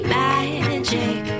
magic